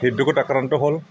হৃদৰোগত আক্ৰান্ত হ'ল